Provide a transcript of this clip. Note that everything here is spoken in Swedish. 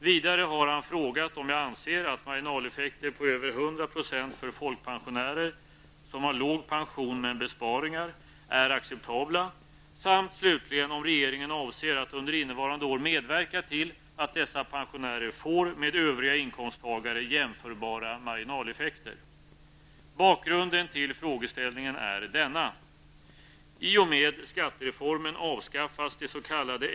Vidare har han frågat om jag anser att marginaleffekter på över 100 % för folkpensionärer, som har låg pension men besparingar, är acceptabla samt slutligen om regeringen avser att under innevarande år medverka till att dessa pensionärer får med övriga inkomsttagare jämförbara marginaleffekter. Bakgrunden till frågeställningen är denna.